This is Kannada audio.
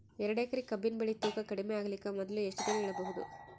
ಎರಡೇಕರಿ ಕಬ್ಬಿನ್ ಬೆಳಿ ತೂಕ ಕಡಿಮೆ ಆಗಲಿಕ ಮೊದಲು ಎಷ್ಟ ದಿನ ಇಡಬಹುದು?